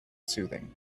soothing